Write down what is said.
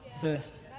first